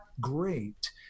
great